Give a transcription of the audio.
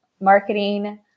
marketing